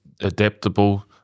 adaptable